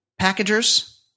packagers